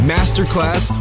Masterclass